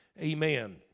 Amen